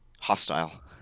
hostile